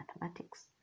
mathematics